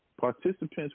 Participants